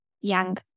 young